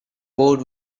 board